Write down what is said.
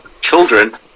children